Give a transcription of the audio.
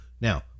Now